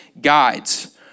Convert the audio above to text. guides